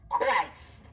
Christ